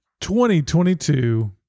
2022